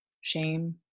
shame